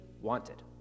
wanted